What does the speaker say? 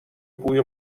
بوی